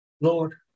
Lord